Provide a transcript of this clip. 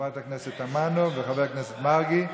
חברת הכנסת תמנו וחבר הכנסת מרגי.